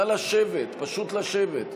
נא לשבת, פשוט לשבת.